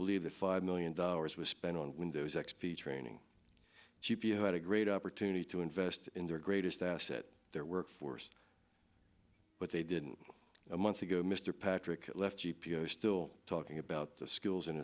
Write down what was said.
believe the five million dollars was spent on windows x p training g p u had a great opportunity to invest in their greatest asset their workforce but they didn't a month ago mr patrick left g p o still talking about the skills and